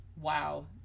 Wow